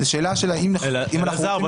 אלעזר,